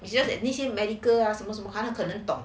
just that 那些 medical ah 很难懂